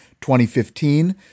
2015